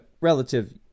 relative